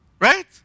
Right